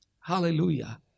Hallelujah